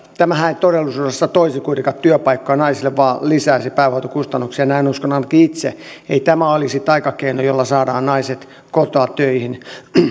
tämähän ei todellisuudessa toisi kuitenkaan työpaikkoja naisille vaan lisäisi päivähoitokustannuksia näin uskon ainakin itse ei tämä olisi taikakeino jolla saadaan naiset kotoa töihin